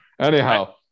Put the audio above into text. Anyhow